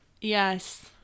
Yes